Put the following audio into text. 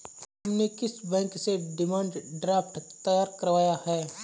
तुमने किस बैंक से डिमांड ड्राफ्ट तैयार करवाया है?